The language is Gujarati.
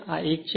આ એક છે